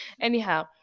Anyhow